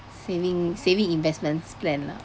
saving saving investments plan lah